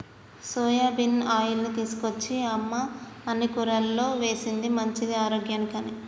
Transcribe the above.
soybean ఆయిల్ని తీసుకొచ్చి అమ్మ అన్ని కూరల్లో వేశింది మంచిది ఆరోగ్యానికి అని